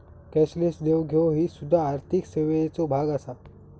cashless देवघेव ही सुध्दा आर्थिक सेवेचो भाग आसा